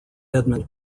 edmund